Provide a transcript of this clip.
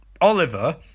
Oliver